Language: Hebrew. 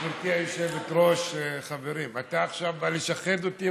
גברתי היושבת-ראש, חברים, אתה עכשיו בא לשחד אותי?